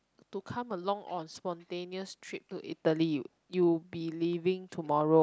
to come along on spontaneous trip to italy you will be leaving tomorrow